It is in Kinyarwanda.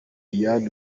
diane